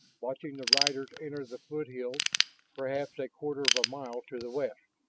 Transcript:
watching the riders enter the foothills perhaps a quarter of a mile to the west.